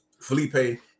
Felipe